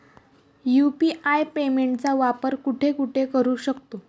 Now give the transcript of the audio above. UPI पेमेंटचा वापर कुठे कुठे करू शकतो?